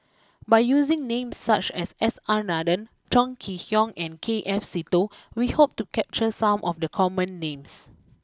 by using names such as S R Nathan Chong Kee Hiong and K F Seetoh we hope to capture some of the common names